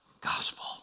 gospel